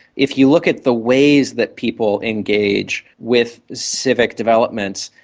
if you look at the ways that people engage with civic developments,